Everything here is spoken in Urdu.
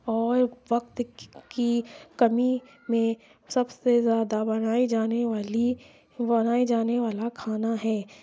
اور وقت کی کمی میں سب سے زیادہ بنائی جانے والی بنائے جانے والا کھانا ہے